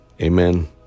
amen